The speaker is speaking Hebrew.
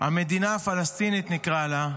המדינה הפלסטינית נקרא לה,